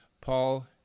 Paul